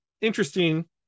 Interesting